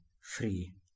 free